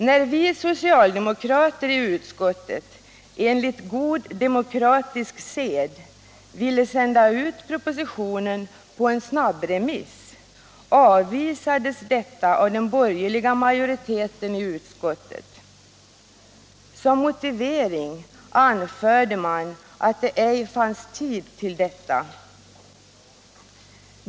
När vi socialdemokrater i utskottet, enligt god demokratisk sed, ville sända ut propositionen på en snabbremiss, avvisades detta av den borgerliga majoriteten i utskottet. Som motivering anförde man att det ej fanns tid till detta.